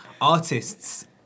artists